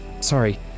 Sorry